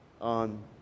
on